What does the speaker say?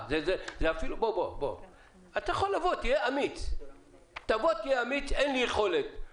אתה יכול להיות אמיץ ולומר אין לי יכולת,